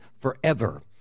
forever